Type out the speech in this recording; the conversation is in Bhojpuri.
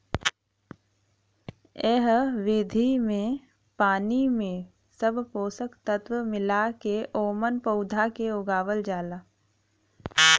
एह विधि में पानी में सब पोषक तत्व मिला के ओमन पौधा के उगावल जाला